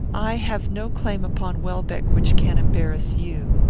i have no claim upon welbeck which can embarrass you.